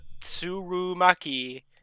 Tsurumaki